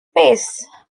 pace